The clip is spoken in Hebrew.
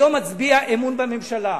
היום אצביע אמון בממשלה.